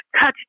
touch